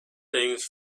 things